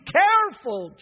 careful